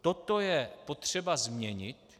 Toto je potřeba změnit.